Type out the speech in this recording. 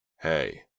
Hey